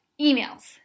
emails